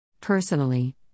Personally